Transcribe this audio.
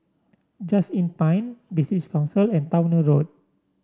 Just Inn Pine British Council and Towner Road